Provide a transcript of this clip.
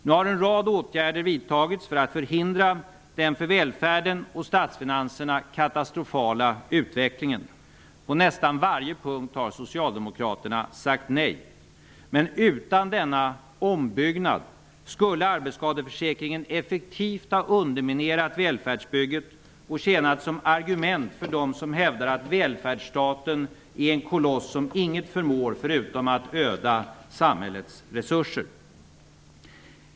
Nu har en rad åtgärder vidtagits för att förhindra den för välfärden och statsfinanserna katastrofala utvecklingen. På nästan varje punkt har Socialdemokraterna sagt nej. Men utan denna ''ombyggnad'' skulle arbetsskadeförsäkringen effektivt ha underminerat välfärdsbygget och tjänat som argument för dem som hävdar att välfärdsstaten är en koloss som inget förmår förutom att öda samhällets resurser.